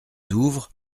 douvres